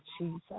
Jesus